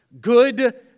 Good